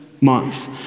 month